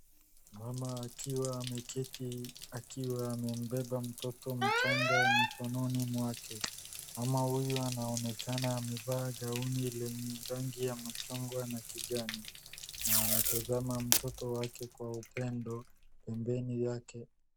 Mama akiwa ameketi akiwa amembeba mtoto mchanga mikononi mwake, mama huyu anaonekana amevaa gauni lenye rangi ya machungwa na kijani na anatazama mtoto wake kwa upendo pembeni yake...